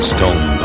Stone